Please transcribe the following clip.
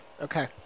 Okay